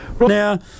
Now